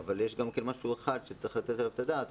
אבל יש גם משהו שצריך לתת עליו את הדעת.